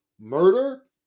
murder